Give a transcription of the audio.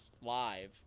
live